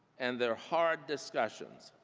and their hard discussions,